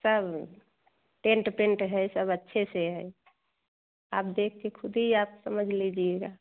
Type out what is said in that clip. सब tent paint है सब अच्छे से है आप देख कर ख़ुद ही आप समझ लीजिएगा